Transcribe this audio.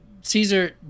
Caesar